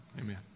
amen